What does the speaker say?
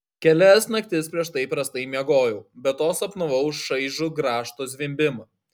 kelias naktis prieš tai prastai miegojau be to sapnavau šaižų grąžto zvimbimą